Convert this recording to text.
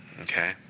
Okay